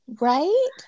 right